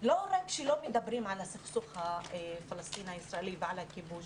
לא רק שלא מדברים על הסכסוך הפלסטיני הישראלי ועל הכיבוש.